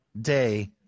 day